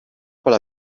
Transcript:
alla